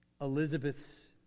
Elizabeth's